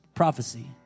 prophecy